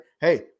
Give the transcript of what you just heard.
hey